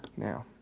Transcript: now,